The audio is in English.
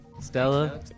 Stella